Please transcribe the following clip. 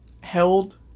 held